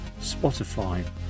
Spotify